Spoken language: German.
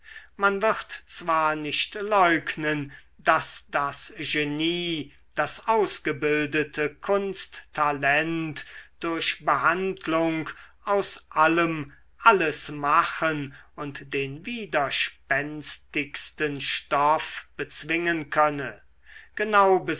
man wird zwar nicht leugnen daß das genie das ausgebildete